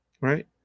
Right